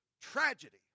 tragedy